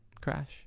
Crash